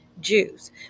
Jews